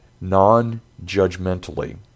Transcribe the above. non-judgmentally